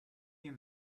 you